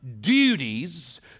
duties